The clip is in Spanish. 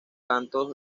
cantos